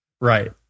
right